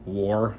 war